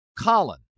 Colin